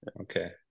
okay